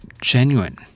genuine